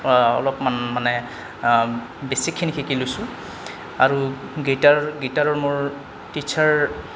অলপমান মানে বেছিকখিনি শিকি লৈছোঁ আৰু গীটাৰ গীটাৰৰ মোৰ টিচাৰ